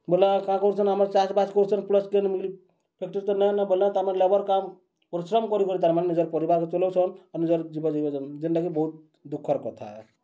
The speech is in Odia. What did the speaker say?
ବେଲେ ଆର୍ କାଁ କରୁଛନ୍ ଆମର୍ ଚାଷ୍ବାସ୍ କରୁଛନ୍ ପ୍ଲସ୍ କେନ୍ ଫ୍ୟାକ୍ଟ୍ରି ତ ନାଇ ନ ବେଲେ ତ ଆମେ ଲେବର୍ କାମ୍ ପରିଶ୍ରମ୍ କରିକିରି ତା'ର୍ମାନେ ନିଜର୍ ପରିବାର୍କେ ଚଲଉଛନ୍ ଆଉ ନିଜର୍ ଜୀବନ୍ ଜିଁଉଛନ୍ ଯେନ୍ଟାକି ବହୁତ୍ ଦୁଃଖର୍ କଥା ଆଏ